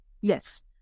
Yes